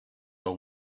are